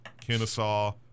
Kennesaw